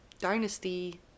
Dynasty